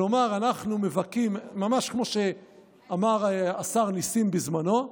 כלומר, ממש כמו שאמר השר נסים בזמנו,